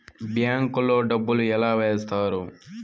bank లో డబ్బులు ఎలా వేస్తారు